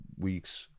weeks